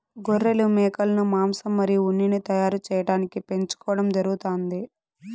గొర్రెలు, మేకలను మాంసం మరియు ఉన్నిని తయారు చేయటానికి పెంచుకోవడం జరుగుతాంది